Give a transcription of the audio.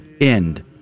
end